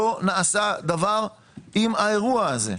לא נעשה דבר עם האירוע הזה?